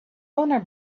owner